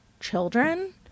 children